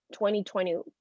2020